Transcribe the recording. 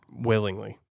willingly